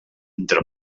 entre